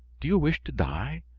do you wish to die?